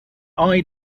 eye